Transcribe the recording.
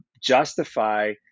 justify